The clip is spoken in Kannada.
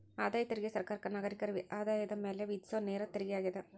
ಆದಾಯ ತೆರಿಗೆ ಸರ್ಕಾರಕ್ಕ ನಾಗರಿಕರ ಆದಾಯದ ಮ್ಯಾಲೆ ವಿಧಿಸೊ ನೇರ ತೆರಿಗೆಯಾಗ್ಯದ